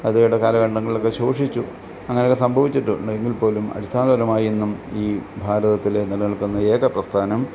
അത് ഇടക്കാലഘട്ടങ്ങളിലൊക്കെ ശോഷിച്ചു അങ്ങനെയൊക്കെ സംഭവിച്ചിട്ടുണ്ട് എങ്കിൽപ്പോലും അടിസ്ഥാനപരമായി ഇന്നും ഈ ഭാരതത്തിൽ നിലനിൽക്കുന്ന ഏക പ്രസ്ഥാനം